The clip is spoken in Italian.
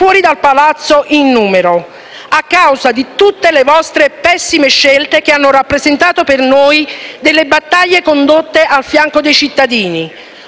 fuori dal palazzo in numero, a causa di tutte le vostre pessime scelte, che hanno rappresentato per noi delle battaglie condotte al fianco dei cittadini;